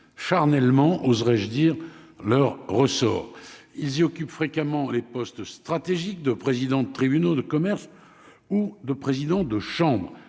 charnellement, oserais-je dire leur ressort, ils y occupent fréquemment les postes stratégiques de présidents de tribunaux de commerce ou de président de chambre